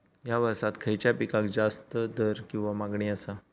हया वर्सात खइच्या पिकाक जास्त दर किंवा मागणी आसा?